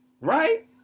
right